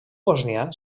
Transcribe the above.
bosnià